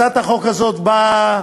הצעת החוק הזאת באה,